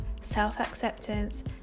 self-acceptance